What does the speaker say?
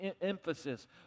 emphasis